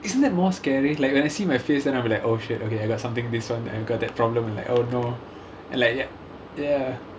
isn't that more scary like when I see my face then I'll be like oh shit okay I got something this [one] I got that problem like oh no like ya ya